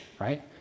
right